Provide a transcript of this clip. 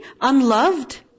unloved